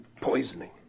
poisoning